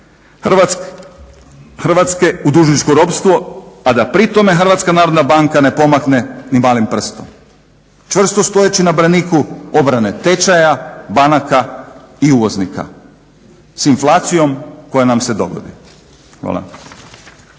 Hrvatske u dužničko ropstvo, a da pri tome Hrvatska narodna banka ne pomakne ni malim prstom čvrsto stojeći na braniku obrane tečaja banaka i uvoznika s inflacijom koja nam se dogodi.